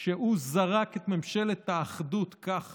שהוא זרק את ממשלת האחדות כך